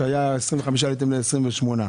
היה 25 ועליתם ל-28.